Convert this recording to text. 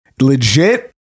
legit